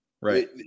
Right